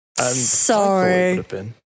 Sorry